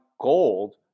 gold